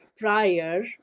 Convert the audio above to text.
prior